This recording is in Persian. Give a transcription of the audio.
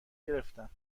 گرفتم